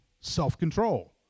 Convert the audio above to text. self-control